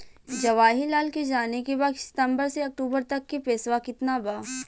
जवाहिर लाल के जाने के बा की सितंबर से अक्टूबर तक के पेसवा कितना बा?